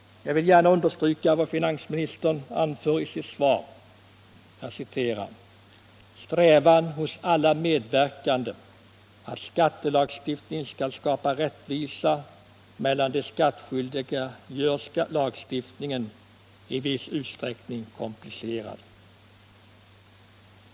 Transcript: Jag vill gärna understryka följande uttalande av finansministern i hans svar: ”Strävan hos alla medverkande att skattelagstiftningen skall skapa rättvisa mellan de skattskyldiga gör lagstiftningen i viss utsträckning komplicerad.